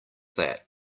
that